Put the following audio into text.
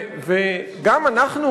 גם אנחנו,